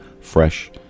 fresh